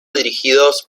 dirigidos